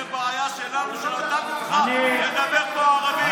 זה בעיה שלנו שנתנו לך לדבר פה ערבית.